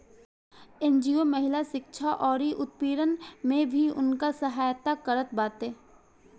NGO महिला शिक्षा अउरी उत्पीड़न में भी उनकर सहायता करत बाटे